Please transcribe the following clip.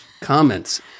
comments